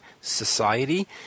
Society